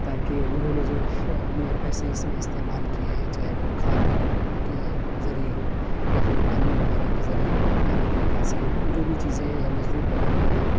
تاکہ انہوں نے جو اپنے پیسے اس میں استعمال کیے ہیں چاہے وہ کھاد کے ذریعے ہو یا پھر پانی وغیرہ کے ذریعے ہو پانی کی نکاسی ہو جو بھی چیزیں ہیں یا مزدور وغیرہ لگے ہوں